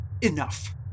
Enough